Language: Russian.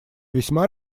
весьма